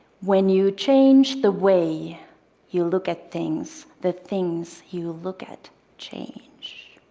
when you change the way you look at things, the things you look at change.